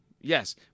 Yes